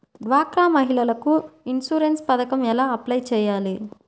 డ్వాక్రా మహిళలకు ఇన్సూరెన్స్ పథకం ఎలా అప్లై చెయ్యాలి?